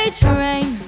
train